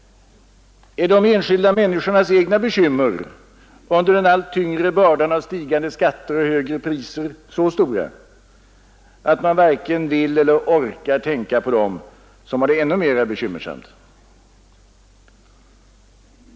Är de enskilda människornas egna bekymmer under den allt tyngre bördan av stigande skatter och högre priser så stora att man varken vill eller orkar tänka på dem som har det ännu mera bekymmersamt?